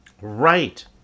Right